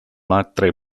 matre